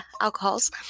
alcohols